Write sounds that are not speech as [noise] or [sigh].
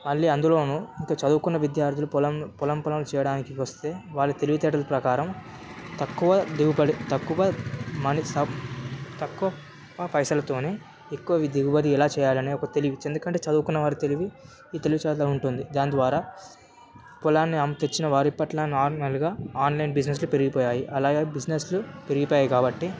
మళ్ళీ అందులోనూ ఇంకా చదువుకున్న విద్యార్థులు పొలం పొలం పనులు చేయడానికి వస్తే వారి తెలివితేటలు ప్రకారం తక్కువ దిగుబడి తక్కువ మానిస్యం తక్కువ పైసలుతోనే ఎక్కువ దిగుబడి ఎలా చేయాలనే ఒక తెలివి ఎందుకంటే చదువుకున్న వారు తెలివి [unintelligible] ఉంటుంది దాని ద్వారా పొలాన్ని అంతరించిన వారి పట్ల నాలుగు నెలలుగా ఆన్లైన్ బిజినెస్లు పెరిగిపోయాయి అలాగే బిజినెస్లు పెరిగిపోయాయి కాబట్టి